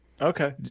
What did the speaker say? Okay